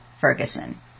Ferguson